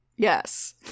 Yes